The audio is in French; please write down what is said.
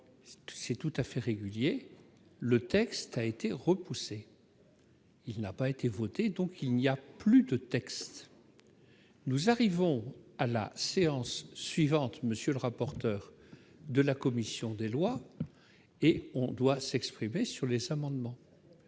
c'est tout à fait régulier, le texte a été repoussée, il n'a pas été voté, donc il n'y a plus de texte, nous arrivons à la séance suivante, monsieur le rapporteur de la commission des lois, et on doit s'exprimer sur LES amendement